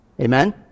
amen